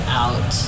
out